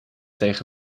tegen